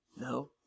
no